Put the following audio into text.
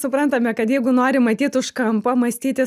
suprantame kad jeigu nori matyt už kampo mąstyti